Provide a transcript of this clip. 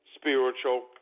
spiritual